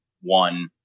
one